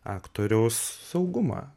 aktoriaus saugumą